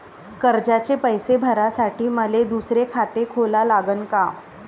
कर्जाचे पैसे भरासाठी मले दुसरे खाते खोला लागन का?